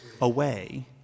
away